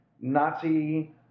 Nazi